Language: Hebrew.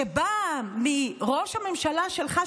שבאה מראש הממשלה שלך,